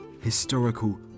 historical